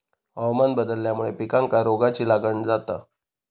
हवामान बदलल्यामुळे पिकांका रोगाची लागण जाता